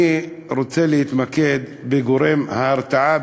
אני רוצה להתמקד בגורם ההרתעה,